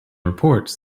reports